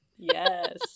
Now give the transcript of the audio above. Yes